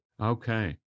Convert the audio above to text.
Okay